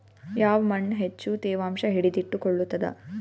ಯಾವ್ ಮಣ್ ಹೆಚ್ಚು ತೇವಾಂಶ ಹಿಡಿದಿಟ್ಟುಕೊಳ್ಳುತ್ತದ?